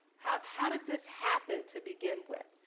how how did this happen to begin with?